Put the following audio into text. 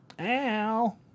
Ow